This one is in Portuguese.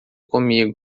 comigo